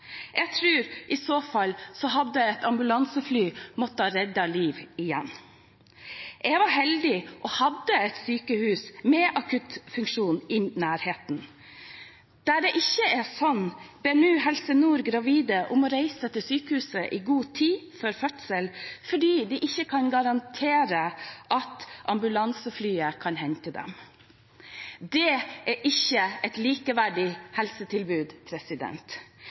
Jeg tror i så fall ambulanseflyet måtte ha reddet liv igjen. Jeg var heldig og hadde et sykehus med akuttfunksjon i nærheten. Der det ikke er sånn, ber nå Helse Nord gravide om å reise til sykehuset i god tid før fødsel, fordi vi ikke kan garantere at ambulanseflyet kan hente dem. Det er ikke et likeverdig helsetilbud.